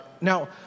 now